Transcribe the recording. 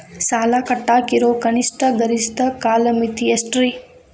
ಸಾಲ ಕಟ್ಟಾಕ ಇರೋ ಕನಿಷ್ಟ, ಗರಿಷ್ಠ ಕಾಲಮಿತಿ ಎಷ್ಟ್ರಿ?